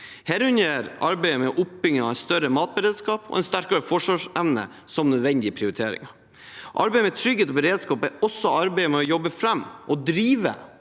herunder arbeidet med oppbygging av en større matberedskap og en sterkere forsvarsevne som nødvendige prioriteringer. Arbeidet med trygghet og beredskap er også arbeidet med å jobbe fram og drive